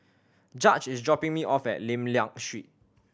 Judge is dropping me off at Lim Liak Street